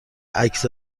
عکس